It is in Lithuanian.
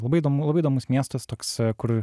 labai įdomu labai įdomus miestas toks kur